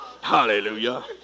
Hallelujah